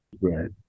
Right